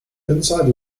inside